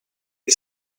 the